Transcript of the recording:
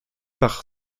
par